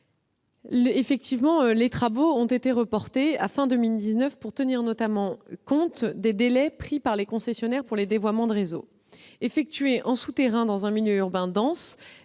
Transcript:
avez évoquées a en effet été reportée à la fin de 2019, afin de tenir notamment compte des délais pris par les concessionnaires pour les dévoiements de réseaux. Effectués en souterrain dans un milieu urbain dense,